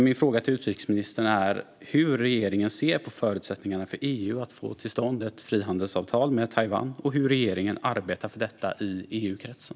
Min fråga till utrikesministern är: Hur ser regeringen på EU:s förutsättningar att få till stånd ett frihandelsavtal med Taiwan, och hur arbetar regeringen för detta i EU-kretsen?